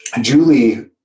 Julie